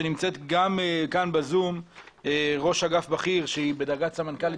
שנמצאת כאן בזום ראש אגף בכיר שהיא בדרגת סמנכ"לית